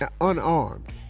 unarmed